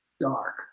dark